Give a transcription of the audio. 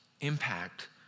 impact